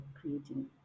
creating